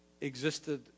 existed